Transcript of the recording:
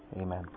Amen